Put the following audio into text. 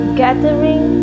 gathering